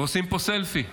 עושים פה סלפי.